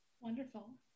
Wonderful